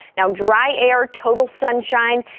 now dry air total sunshine.